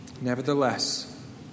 Nevertheless